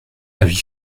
avis